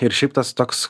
ir šiaip tas toks